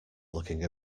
looking